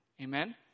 Amen